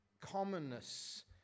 commonness